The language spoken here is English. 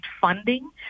funding